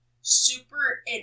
super